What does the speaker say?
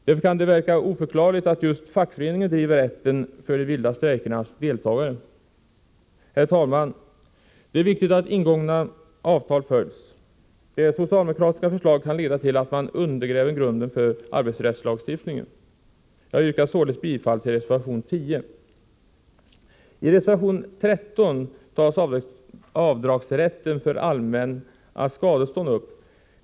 Därför kan det verka oförklarligt att just fackföreningen försöker tillvarata rätten för de vilda strejkernas deltagare. Herr talman! Det är viktigt att ingångna avtal följs. Det socialdemokratiska förslaget kan leda till att man undergräver grunden för arbetsrättslagstiftningen. Jag yrkar således bifall till reservation 10. I reservation 13 tas rätten till avdrag för allmänna skadestånd upp.